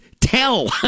tell